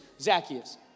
Zacchaeus